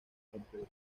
completo